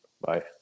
Bye